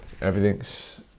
Everything's